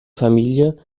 familie